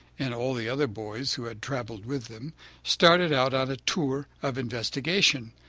and all the other boys who had traveled with them started out on a tour of investigation.